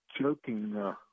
joking